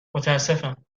متاسفم